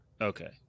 Okay